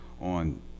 on